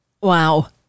Wow